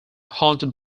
haunted